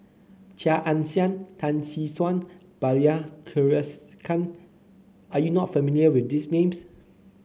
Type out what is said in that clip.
Chia Ann Siang Tan Tee Suan Bilahari Kausikan are you not familiar with these names